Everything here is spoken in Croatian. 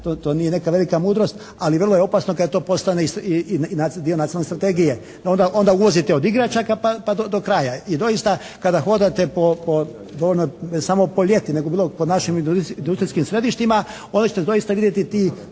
to nije velika mudrost. Ali vrlo je opasno kad to postane i dio nacionalne strategije. Onda uvozite od igračaka pa do kraja. I doista kada hodate ne samo po ljeti nego po našim industrijskim središtima onda ćete doista vidjeti more